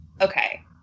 Okay